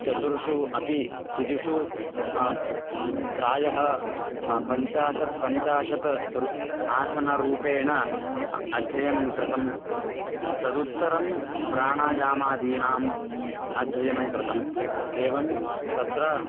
चतुर्षु अपि स्थितेः प्रायः पञ्चाशत् पञ्चाशत् रु आसनरूपेण अध्ययनं कृतं तदुत्तरं प्राणायामादीनाम् अध्ययनं कृतम् एवं तत्र